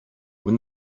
when